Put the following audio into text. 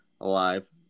alive